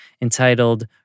entitled